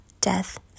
Death